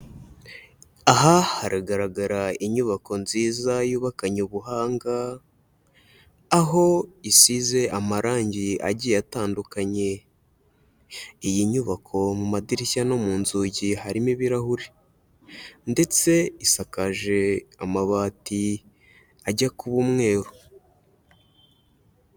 Aha haragaragara inyubako nziza yubakanye ubuhanga, aho isize amarange agiye atandukanye. Iyi nyubako mu madirishya no mu nzugi harimo ibirahuri ndetse isakaje amabati ajya kuba umweru.